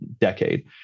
decade